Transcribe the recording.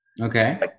Okay